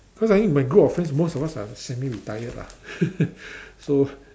cause I think my group of friends most of us are semi retired lah so